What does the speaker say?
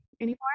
anymore